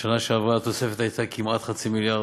בשנה שעברה התוספת הייתה כמעט חצי מיליארד.